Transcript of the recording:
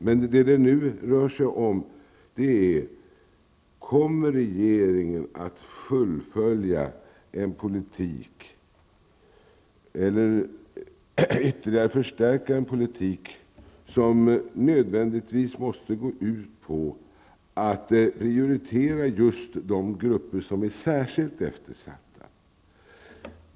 Men nu rör det sig om huruvida regeringen kommer att fullfölja, eller ytterligare förstärka, en politik som nödvändigtvis måste gå ut på att prioritera just de grupper som är särskilt eftersatta.